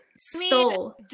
stole